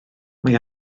mae